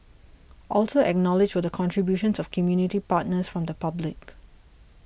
also acknowledged were the contributions of community partners from the public